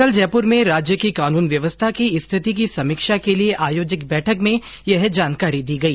कल जयपुर में राज्य की कानून व्यवस्था की र्रिथति की समीक्षा के लिए आयोजित बैठक में यह जानकारी दी गई